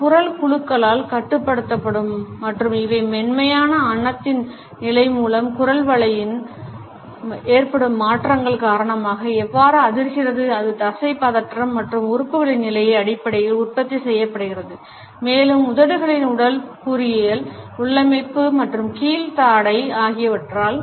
இது குரல் குழுக்களால் கட்டுப்படுத்தப்படும் மற்றும் இவை மென்மையான அண்ணத்தின் நிலை மூலம் குரல்வளையில் ஏற்படும் மாற்றங்கள் காரணமாக எவ்வாறு அதிர்கிறது அது தசை பதற்றம் மற்றும் உறுப்புகளின் நிலையை அடிப்படையில் உற்பத்தி செய்யப்படுகிறது மேலும் உதடுகளின் உடற்கூறியல் உள்ளமைவு மற்றும் கீழ் தாடை ஆகியவற்றால்